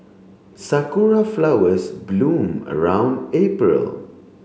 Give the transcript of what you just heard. Sakura flowers bloom around April